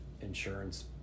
insurance